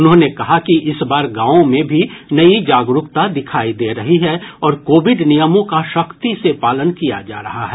उन्होंने कहा कि इस बार गांवों में भी नई जागरूकता दिखाई दे रही है और कोविड नियमों का सख्ती से पालन किया जा रहा है